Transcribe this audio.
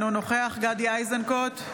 אינו נוכח גדי איזנקוט,